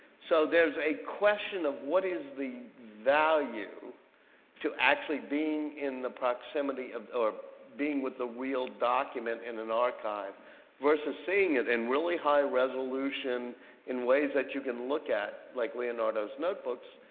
so there's a question of what is the value to actually being in the proximity or being with the real document in an archive versus seeing it in really high resolution in ways that you can look at like leonardo's notebooks?